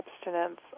abstinence